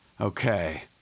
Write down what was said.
Okay